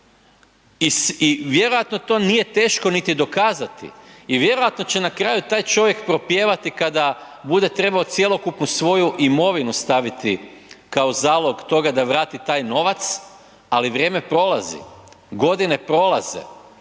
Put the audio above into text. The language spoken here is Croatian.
i vjerojatno to nije teško niti dokazati i vjerojatno će na kraju taj čovjek propjevati kada bude trebao cjelokupnu svoju imovinu staviti kao zalog toga da vrati taj novac, ali vrijeme prolazi, godine prolazi,